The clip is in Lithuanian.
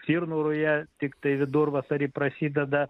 stirnų ruja tiktai vidurvasarį prasideda